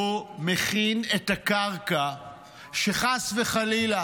הוא מכין את הקרקע שחס וחלילה